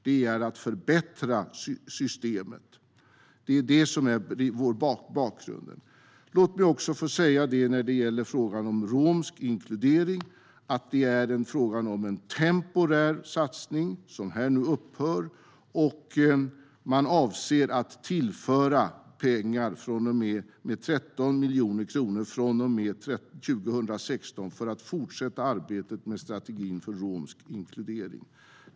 Den är att förbättra systemet. Det är det som är bakgrunden. Låt mig också få säga att när det gäller frågan om romsk inkludering är det fråga om en temporär satsning som nu upphör, och man avser att tillföra pengar, 13 miljoner kronor från och med 2016, för att fortsätta arbetet med strategin för romsk inkludering.